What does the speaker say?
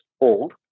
old